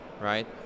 right